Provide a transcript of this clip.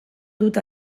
dut